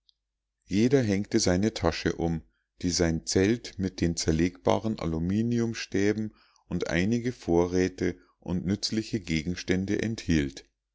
jeder hängte seine tasche um die sein zelt mit den zerlegbaren aluminiumstäben und einige vorräte und nützliche gegenstände enthielt